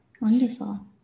wonderful